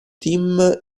team